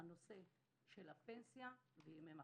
הנושא של הפנסיה וימי מחלה.